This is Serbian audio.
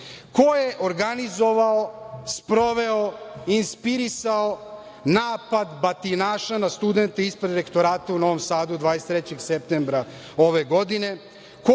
Ko je organizovao, sproveo, inspirisao napad batinaša na studente ispred rektorata u Novom Sadu 23. septembra ove godine?